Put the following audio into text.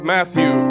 Matthew